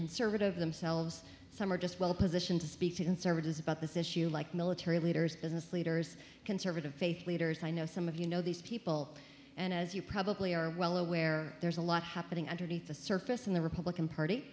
conservative themselves some are just well positioned to speak to conservatives about this issue like military leaders business leaders conservative faith leaders i know some of you know these people and as you probably are well aware there's a lot happening underneath the surface in the republican party